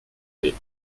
fait